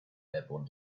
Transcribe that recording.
airborne